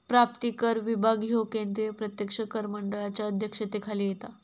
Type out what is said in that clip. प्राप्तिकर विभाग ह्यो केंद्रीय प्रत्यक्ष कर मंडळाच्या अध्यक्षतेखाली येता